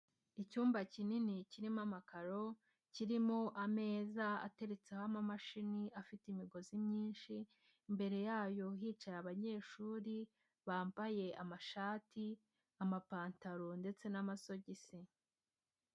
Icyumba kinini kirimo amakaro, kirimo ameza ateretseho ama mashini afite imigozi myinshi, imbere yayo hicayera abanyeshuri bambaye amashati, amapantaro ndetse n'amasogisi.